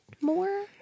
more